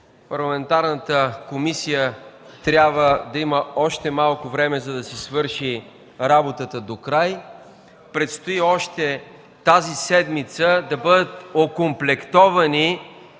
Парламентарната комисия трябва да има още малко време, за да си свърши работата докрай. Предстои още тази седмица да бъдат окомплектовани